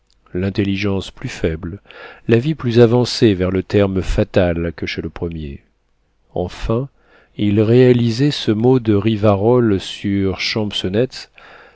l'intelligence plus faible la vie plus avancée vers le terme fatal que chez le premier enfin il réalisait ce mot de rivarol sur